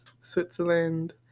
Switzerland